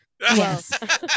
Yes